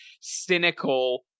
cynical